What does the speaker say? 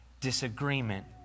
disagreement